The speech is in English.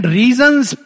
reason's